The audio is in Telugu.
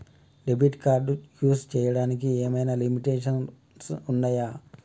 డెబిట్ కార్డ్ యూస్ చేయడానికి ఏమైనా లిమిటేషన్స్ ఉన్నాయా?